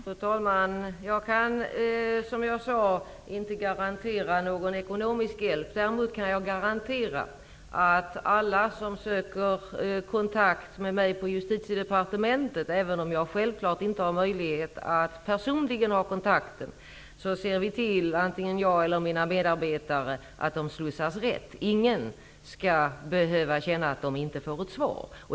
Fru talman! Jag kan som jag sade inte garantera någon ekonomisk hjälp. Däremot kan jag garantera att antingen jag eller mina medarbetare -- jag personligen har självklart inte möjlighet alla gånger -- ser till att alla som söker kontakt med mig på Justitiedepartementet slussas rätt. Ingen skall behöva känna att de inte får ett svar.